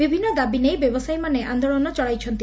ବିଭିନ୍ଦ ଦାବି ନେଇ ବ୍ୟବସାୟୀମାନେ ଆନ୍ଦୋଳନ ଚଳାଇଛନ୍ତି